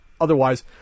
otherwise